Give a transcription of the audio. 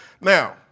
Now